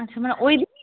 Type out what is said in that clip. আচ্ছা মানে ওই দিনই